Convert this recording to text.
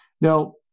Now